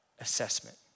assessment